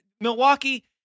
Milwaukee